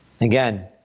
Again